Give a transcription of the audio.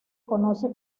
conoce